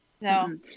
no